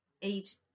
eat